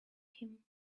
him